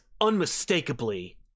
unmistakably